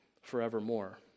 forevermore